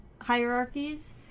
hierarchies